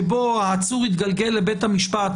שבו העצור התגלגל לבית המשפט,